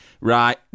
right